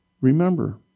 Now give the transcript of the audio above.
Remember